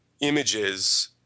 Images